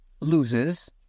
loses